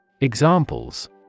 Examples